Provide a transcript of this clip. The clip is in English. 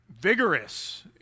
vigorous